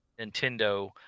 Nintendo